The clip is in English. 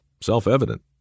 self-evident